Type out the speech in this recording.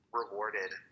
rewarded